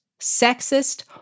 sexist